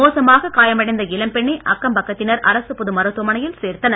மோசமாக காயமடைந்த இளம்பெண்ணை அக்கம்பக்கத்தினர் அரசுப் பொது மருத்துவமனையில் சேர்த்தனர்